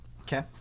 Okay